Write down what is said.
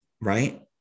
right